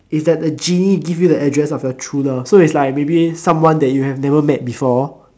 is that the genie give you the address of your true love so is like maybe someone you have never met before